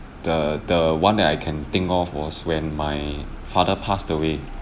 the the one that I can think of was when my father passed away